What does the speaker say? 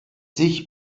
sich